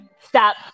Stop